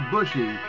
Bushy